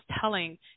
telling